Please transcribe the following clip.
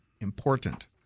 important